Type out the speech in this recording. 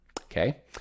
Okay